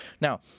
Now